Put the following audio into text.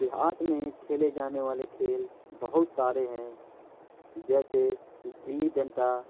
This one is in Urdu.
دیہات میں کھیلے جانے والے کھیل بہت سارے ہیں جیسے گلی ڈنڈا